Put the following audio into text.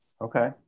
okay